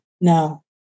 No